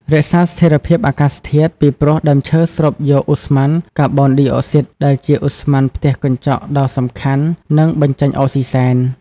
រក្សាស្ថិរភាពអាកាសធាតុពីព្រោះ ដើមឈើស្រូបយកឧស្ម័នកាបូនឌីអុកស៊ីត ដែលជាឧស្ម័នផ្ទះកញ្ចក់ដ៏សំខាន់ និងបញ្ចេញអុកស៊ីសែន។